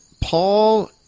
paul